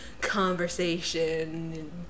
conversation